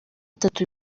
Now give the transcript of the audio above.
atatu